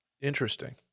Interesting